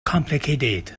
complicated